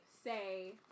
say